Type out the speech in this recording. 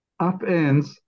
upends